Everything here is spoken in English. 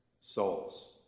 souls